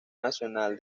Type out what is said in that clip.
nacional